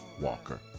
Walker